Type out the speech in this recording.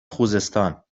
خوزستان